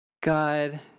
god